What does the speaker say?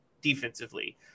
defensively